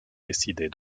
décidée